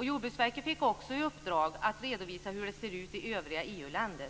Jordbruksverket fick också uppdraget att redovisa hur det ser ut i övriga EU-länder.